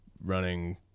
running